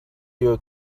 you